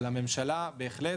אבל הממשלה בהחלט